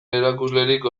erakuslerik